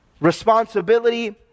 responsibility